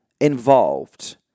involved